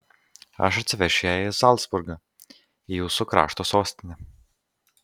aš atsivešiu ją į zalcburgą į jūsų krašto sostinę